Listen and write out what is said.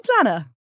planner